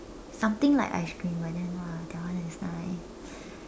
something like ice cream but then !wah! that one is nice